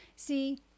See